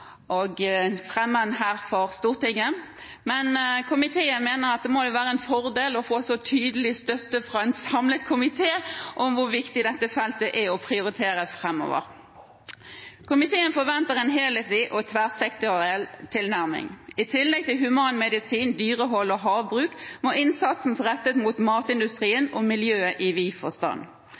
for Stortinget, og komiteen mener at det må være en fordel å få så tydelig støtte fra en samlet komité for hvor viktig det er å prioritere dette feltet framover. Komiteen forventer en helhetlig og tverrsektoriell tilnærming. I tillegg til humanmedisin, dyrehold og havbruk må innsatsen rettes mot matindustrien og miljøet i